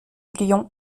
lyon